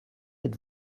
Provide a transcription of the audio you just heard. êtes